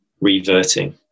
reverting